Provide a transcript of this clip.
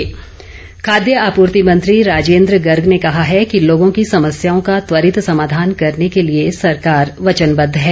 राजेन्द्र गर्ग खाद्य आपूर्ति मंत्री राजेन्द्र गर्ग ने कहा है कि लोगों की समस्याओं का त्वरित समाधान करने के लिए सरकार वचनबद्ध है